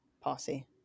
posse